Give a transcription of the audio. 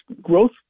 growth